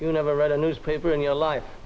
you never read a newspaper in your life